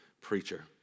preacher